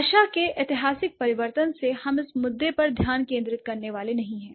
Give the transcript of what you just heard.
भाषा के ऐतिहासिक परिवर्तन से हम इस मुद्दे पर ध्यान केंद्रित करने वाले नहीं हैं